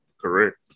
Correct